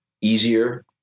easier